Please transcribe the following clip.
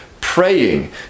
praying